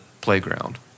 playground